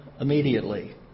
immediately